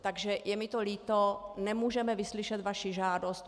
Takže je mi to líto, nemůžeme vyslyšet vaši žádost.